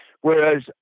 Whereas